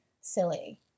silly